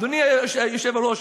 אדוני היושב-ראש,